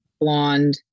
blonde